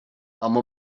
ama